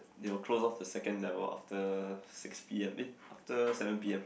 they will close off the second level after six p_m eh after seven p_m